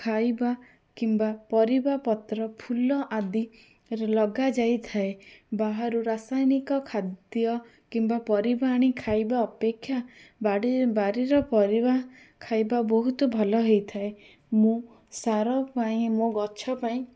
ଖାଇବା କିମ୍ବା ପରିବାପତ୍ର ଫୁଲ ଆଦି ରେ ଲଗାଯାଇଥାଏ ବାହାରୁ ରାସାୟିନିକ ଖାଦ୍ୟ କିମ୍ବା ପରିବା ଆଣି ଖାଇବା ଅପେକ୍ଷା ବାଡ଼ି ବାରିର ପରିବା ଖାଇବା ବହୁତ ଭଲ ହେଇଥାଏ ମୁଁ ସାର ପାଇଁ ମୋ ଗଛ ପାଇଁ